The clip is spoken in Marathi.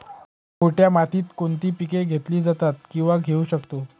पोयटा मातीत कोणती पिके घेतली जातात, किंवा घेऊ शकतो?